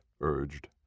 urged